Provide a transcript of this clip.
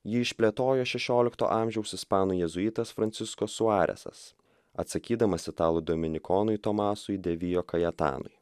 jį išplėtojo šešiolikto amžiaus ispanų jėzuitas francisko suaresas atsakydamas italų dominikonui tomasui devijo kajetanui